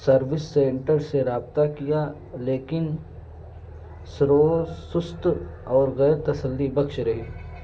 service centre سے رابطہ کیا لیکن سرو سست اور غیر تسلی بخش رہی